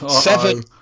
Seven